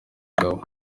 gabo